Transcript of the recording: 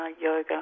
yoga